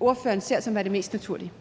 ordføreren ser som værende det mest naturlige.